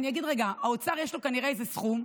אני אגיד רגע, האוצר, יש לו כנראה איזה סכום,